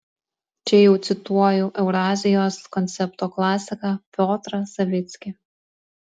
čia jau cituoju eurazijos koncepto klasiką piotrą savickį